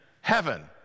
heaven